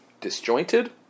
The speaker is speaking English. disjointed